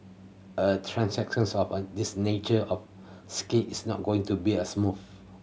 a transitions of a this nature of scale is not going to be a smooth